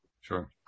Sure